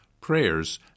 prayers